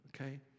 Okay